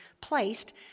placed